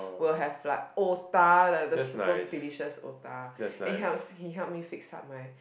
will have like otah the the super delicious otah and helps he help me fix up my